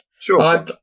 Sure